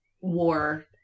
war